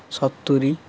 ସତୁୁରୀ